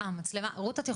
המשמעות היא